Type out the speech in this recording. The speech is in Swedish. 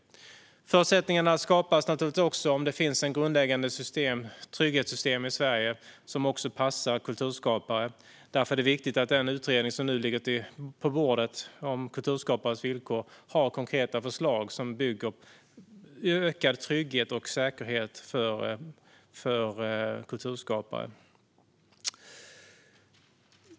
Förutsättningarna skapas också om det finns ett grundläggande trygghetssystem i Sverige som också passar kulturskapare. Därför är det viktigt att den utredning som nu ligger på bordet om kulturskapares villkor har konkreta förslag för ökad trygghet och säkerhet för kulturskapare.